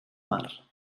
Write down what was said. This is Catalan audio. mar